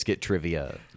trivia